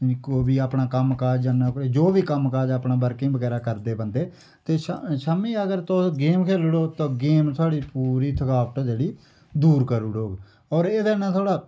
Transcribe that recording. कोई बी अपना कम्म काज जो बी कम्म काज अपना वर्किंग बगैरा करदे बंदे ते शामीं अगर तुस गेम खेलू ओड़ो ते गेम साढ़ी पूरी थकावट जेह्ड़ी दूर करू ओड़ग होर एह्दे नै थुआढ़ा